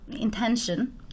intention